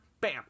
bam